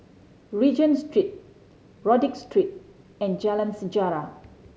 Regent Street Rodyk Street and Jalan Sejarah